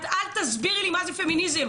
אל תסבירי לי מה זה פמיניזם.